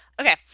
Okay